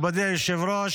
מכובדי היושב-ראש,